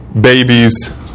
Babies